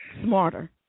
smarter